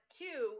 two